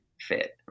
fit